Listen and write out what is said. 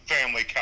Family